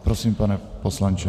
Prosím, pane poslanče.